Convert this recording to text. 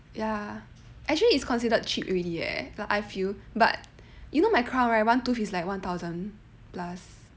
ya actually is considered cheap already eh like I feel but you know my crown right one tooth is like one thousand plus plus